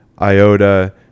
Iota